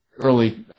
early